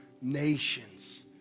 Nations